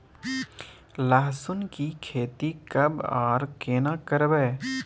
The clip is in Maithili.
लहसुन की खेती कब आर केना करबै?